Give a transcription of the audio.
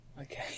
okay